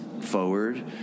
forward